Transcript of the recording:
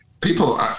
people